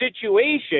situation